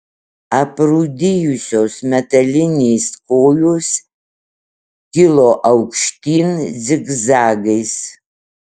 aprūdijusios metalinės kojos kilo aukštyn zigzagais